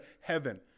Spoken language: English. heaven